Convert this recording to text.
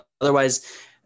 otherwise